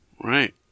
Right